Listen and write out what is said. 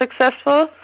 successful